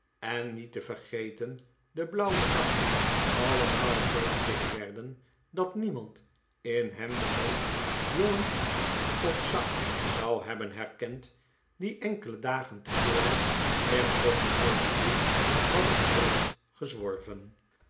en niet te vergeten de blauwe zak allemaal zoo dik werden dat niemand in hen den man jongen of zak zou hebben herkend die enkele dagen tevoren in portugal street hadden